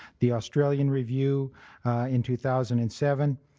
the australian review in two thousand and seven.